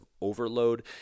overload